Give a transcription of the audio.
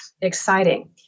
exciting